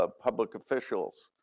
ah public officials,